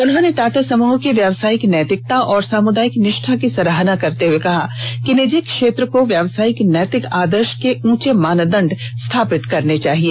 उन्होंने टाटा समूह की व्यावसायिक नैतिकता तथा सामुदायिक निष्ठा की सराहना करते हुए कहा कि निजी क्षेत्र को व्यावसायिक नैतिक आदर्ष के ऊंचे मानदंड स्थापित करने चाहिए